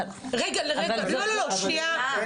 אבל השאלה שנייה,